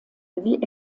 wie